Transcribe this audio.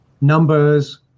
numbers